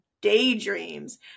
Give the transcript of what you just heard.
daydreams